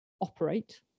operate